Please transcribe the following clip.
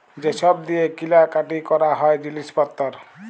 যে ছব দিঁয়ে কিলা কাটি ক্যরা হ্যয় জিলিস পত্তর